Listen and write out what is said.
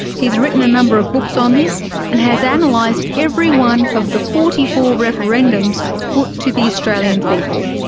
he has written a number of books on this and has and analysed every one of the forty four referendums put to the australian people.